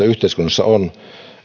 yhteiskunnassa on